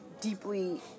deeply